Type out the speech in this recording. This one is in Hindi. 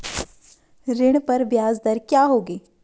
ऋण पर ब्याज दर क्या होगी?